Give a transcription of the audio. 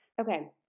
Okay